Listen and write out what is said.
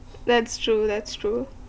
that's true that's true